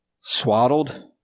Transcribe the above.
swaddled